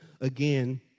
Again